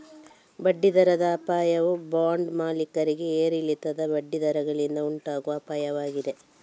ಬಡ್ಡಿ ದರದ ಅಪಾಯವು ಬಾಂಡ್ ಮಾಲೀಕರಿಗೆ ಏರಿಳಿತದ ಬಡ್ಡಿ ದರಗಳಿಂದ ಉಂಟಾಗುವ ಅಪಾಯವಾಗಿದೆ